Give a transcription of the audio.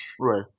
Right